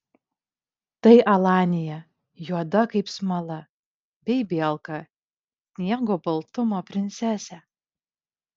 tai alanija juoda kaip smala bei bielka sniego baltumo princesė